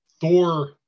thor